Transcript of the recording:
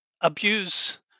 abuse